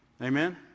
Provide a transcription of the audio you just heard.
Amen